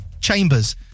Chambers